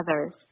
others